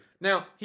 Now